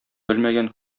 белмәгән